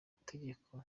tegeko